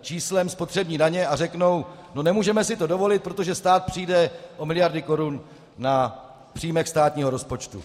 číslem spotřební daně a řeknou: No nemůžeme si to dovolit, protože stát přijde o miliardy korun na příjmech státního rozpočtu.